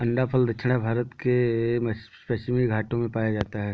अंडाफल दक्षिण भारत के पश्चिमी घाटों में पाया जाता है